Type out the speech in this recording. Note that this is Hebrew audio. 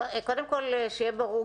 קודם כל שיהיה ברור,